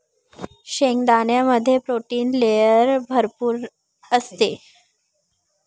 शेंगदाण्यामध्ये protein layer भरपूर असते